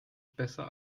besser